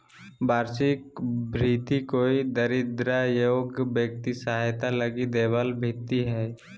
वार्षिक भृति कोई दरिद्र या योग्य व्यक्ति के सहायता लगी दैबल भित्ती हइ